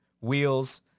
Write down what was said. wheels